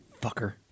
Fucker